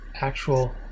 actual